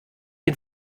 den